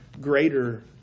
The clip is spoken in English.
greater